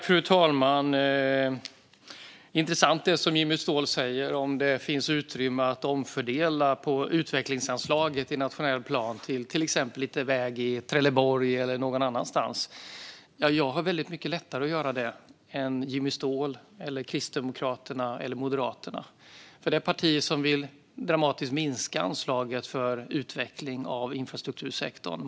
Fru talman! Det är intressant det som Jimmy Ståhl säger angående utrymme att omfördela till exempel till lite väg i Trelleborg eller någon annanstans på utvecklingsanslaget i nationell plan. Jag har ju väldigt mycket lättare att göra det än vad Jimmy Ståhl, Kristdemokraterna eller Moderaterna har, partier som dramatiskt vill minska anslaget för utveckling av infrastruktursektorn.